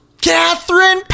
Catherine